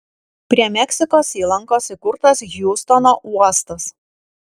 prie meksikos įlankos įkurtas hjustono uostas